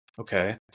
okay